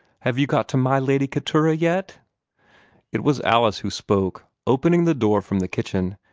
have you got to my lady keturah yet it was alice who spoke, opening the door from the kitchen,